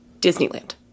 Disneyland